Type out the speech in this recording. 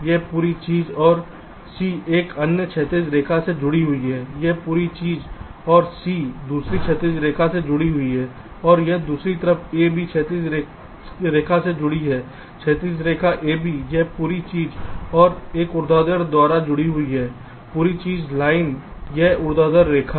यह पूरी चीज़ और सी एक अन्य क्षैतिज रेखा से जुड़ी हुई है यह पूरी चीज़ और सी दूसरी क्षैतिज रेखा से जुड़ी हुई है और दूसरी तरफ ab क्षैतिज रेखा से जुड़ी है क्षैतिज रेखा द्वारा ab यह पूरी चीज़ और एक ऊर्ध्वाधर द्वारा जुड़ी हुई पूरी चीज़ लाइन यह ऊर्ध्वाधर रेखा